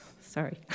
sorry